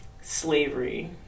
slavery